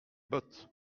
bottes